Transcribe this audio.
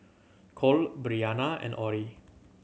Kole Bryana and Orie